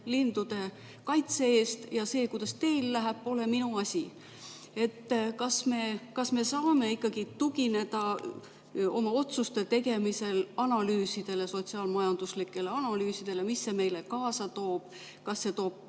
lindude kaitse eest ja see, kuidas tootjatel läheb, pole tema asi. Kas me saame ikkagi tugineda otsuste tegemisel sotsiaal-majanduslikele analüüsidele, et mis see meile kaasa toob – kas see toob